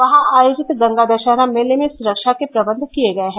वहां आयोजित गंगा दषहरा मेले में सुरक्षा के प्रबंध किये गये हैं